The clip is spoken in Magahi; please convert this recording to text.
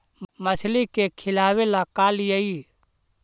मछली के खिलाबे ल का लिअइ?